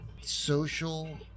social